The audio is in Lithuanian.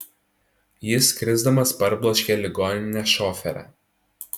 jis krisdamas parbloškė ligoninės šoferę